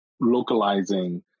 localizing